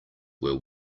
were